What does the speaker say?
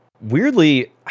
weirdly